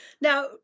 Now